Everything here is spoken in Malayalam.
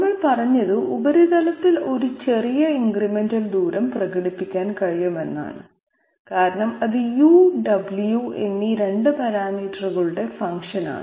നമ്മൾ പറഞ്ഞത് ഉപരിതലത്തിൽ ഒരു ചെറിയ ഇൻക്രിമെന്റൽ ദൂരം പ്രകടിപ്പിക്കാൻ കഴിയും കാരണം അത് u w എന്നീ 2 പാരാമീറ്ററുകളുടെ ഫംഗ്ഷൻ ആണ്